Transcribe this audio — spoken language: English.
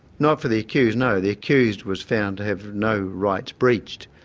not for the accused, no. the accused was found to have no rights breached,